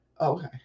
Okay